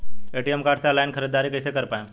ATM card से online ख़रीदारी कइसे कर पाएम?